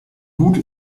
gut